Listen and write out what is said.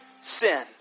sin